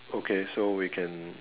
okay so we can